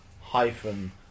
hyphen